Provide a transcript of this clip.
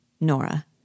Nora